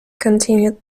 continued